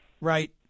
Right